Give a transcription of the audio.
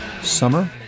summer